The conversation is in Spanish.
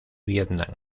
vietnam